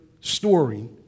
story